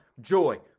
Joy